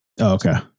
Okay